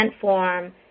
form